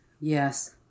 Yes